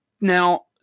now